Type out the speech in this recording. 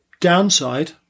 downside